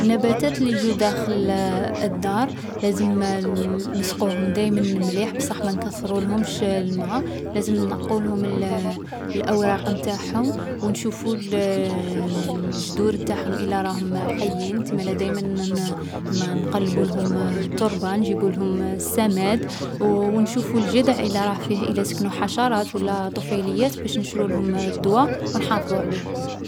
النباتات لي يجو داخل الدار لازم نسقوهم دايما مليح بصح ما نكثرولهمش الما. لازم نقّولهم الأوراق نتاعهم و نشوفو الجدور نتاعهم إلا راهم حيين. تسمالا دايما نقلبو لهم التربة. نجيبو لهم السماد و نشوفو الجدع إلا راه فيه، إلا سكنوه حشرات و لا طفيليات باش نشرولهم الدوا و نحافظو عليهم.